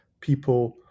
people